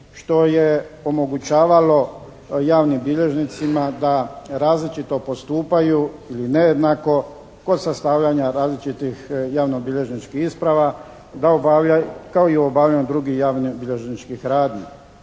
što je omogućavalo javnim bilježnicima da različito postupaju ili nejednako od sastavljanja različitih javnobilježničkih isprava kao i u obavljanju drugih javnobilježničkih radnji.